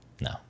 No